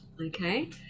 okay